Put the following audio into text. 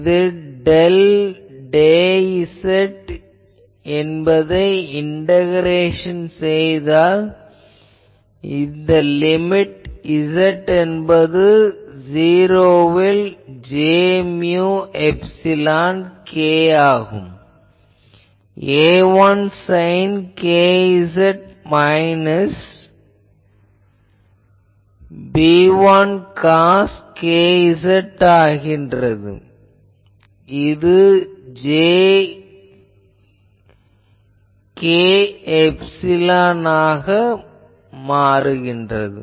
இது del Az என்பதை integrate செய்தால் இது லிமிட் z என்பது 0 வில் j mu epsilon k A1 sine kz minus B1 cos kz ஆகிறது இது j k எப்சிலான் ஆகும்